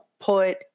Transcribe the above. put